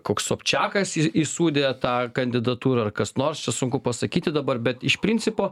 koks sobčiakas į įsūdė tą kandidatūrą ar kas nors čia sunku pasakyti dabar bet iš principo